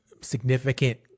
significant